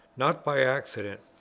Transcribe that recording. not by accident,